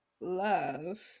love